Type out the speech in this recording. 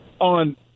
on